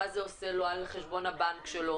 מה זה עושה על חשבון הבנק שלו,